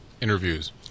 interviews